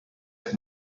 jekk